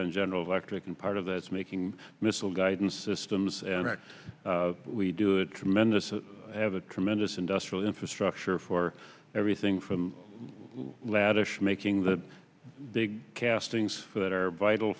been general electrican part of that is making missile guidance systems and we do it tremendous have a tremendous industrial infrastructure for everything from laddish making the big castings that are vital